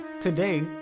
Today